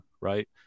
right